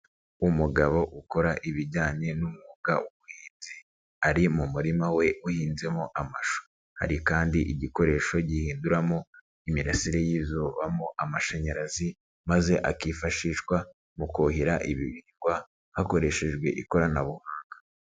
Umugabo ukora ibijyanye n'umwuga w'ubuhinzi. Ari mu murima we uhinzemo amashu. Hari kandi igikoresho gihinduramo imirasire y'izuba mo amashanyarazi maze akifashishwa mu kuhira ibi bihingwa hakoreshejwe ikoranabuhanga.